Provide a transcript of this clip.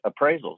appraisals